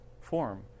form